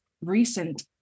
recent